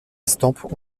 estampes